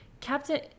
Captain